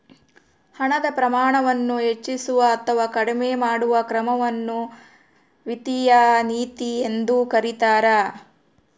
ಹಣದ ಪ್ರಮಾಣವನ್ನು ಹೆಚ್ಚಿಸುವ ಅಥವಾ ಕಡಿಮೆ ಮಾಡುವ ಕ್ರಮವನ್ನು ವಿತ್ತೀಯ ನೀತಿ ಎಂದು ಕರೀತಾರ